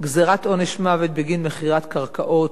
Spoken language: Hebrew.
גזירת עונש מוות בגין מכירת קרקעות,